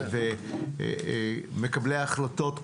ומקבלי ההחלטות,